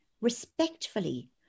respectfully